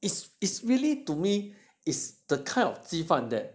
it's it's really to me is the kind of 鸡饭 that